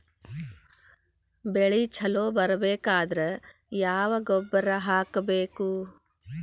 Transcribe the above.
ಬೆಳಿ ಛಲೋ ಬರಬೇಕಾದರ ಯಾವ ಗೊಬ್ಬರ ಹಾಕಬೇಕು?